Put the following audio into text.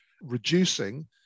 reducing